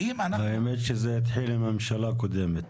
האמת היא שזה התחיל בממשלה הקודמת.